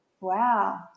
wow